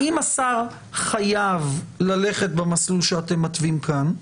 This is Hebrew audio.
האם השר חייב ללכת במסלול שאתם מתווים כאן,